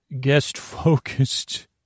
guest-focused